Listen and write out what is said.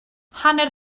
hanner